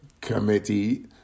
committee